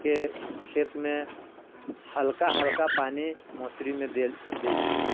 के खेत मे हल्का हल्का पानी मसूरी मे दै छियै